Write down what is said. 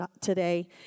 today